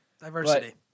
diversity